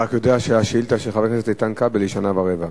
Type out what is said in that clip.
אתה רק יודע שהשאילתא של חבר הכנסת איתן כבל היא שנה ורבע,